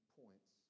points